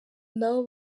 nabo